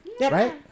Right